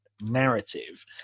narrative